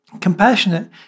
Compassionate